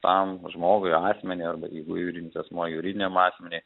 tam žmogui asmeniui arba jeigu juridinis asmuo juridiniam asmeniui